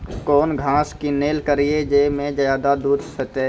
कौन घास किनैल करिए ज मे ज्यादा दूध सेते?